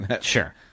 Sure